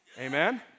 Amen